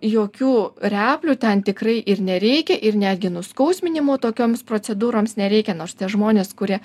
jokių replių ten tikrai ir nereikia ir netgi nuskausminimo tokioms procedūroms nereikia nors tie žmonės kurie